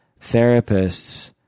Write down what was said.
therapists